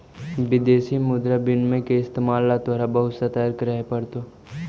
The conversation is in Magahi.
विदेशी मुद्रा विनिमय के इस्तेमाल ला तोहरा बहुत ससतर्क रहे पड़तो